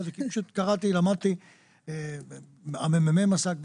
קראתי, למדתי, ה-ממ"מ עסק בזה.